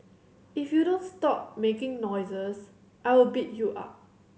if you don't stop making noises I will beat you up